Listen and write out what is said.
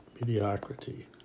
mediocrity